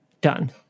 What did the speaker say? Done